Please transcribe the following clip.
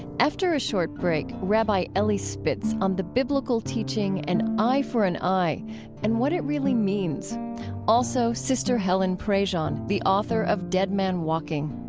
after a short break, rabbi elie spitz on the biblical teaching an eye for an eye and what it really means also, sister helen prejean, the author of dead man walking.